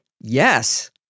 yes